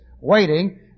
waiting